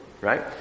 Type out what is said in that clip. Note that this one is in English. right